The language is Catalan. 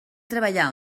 treballar